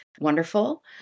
wonderful